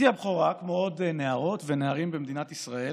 בתי הבכורה, כמו עוד נערות ונערים במדינת ישראל,